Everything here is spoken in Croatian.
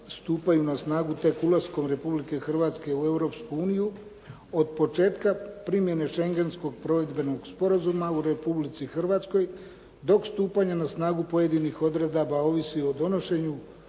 stupaju na snagu tek ulaskom Republike Hrvatske u Europsku uniju, od početka primjene Šengenskog provedbenog sporazuma u Republici Hrvatskoj, dok stupanja na snagu pojedinih odredaba ovisi o donošenju